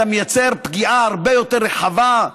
אתה מייצר פגיעה הרבה יותר רחבה.